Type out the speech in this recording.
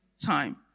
time